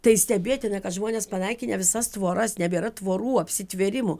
tai stebėtina kad žmonės panaikinę visas tvoras nebėra tvorų apsitvėrimų